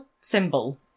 symbol